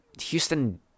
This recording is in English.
Houston